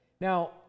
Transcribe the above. Now